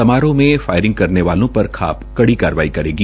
समारोह में फायरिंग करने वालों पर खाप कड़ी कार्रवाई करेगी